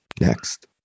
Next